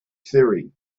theory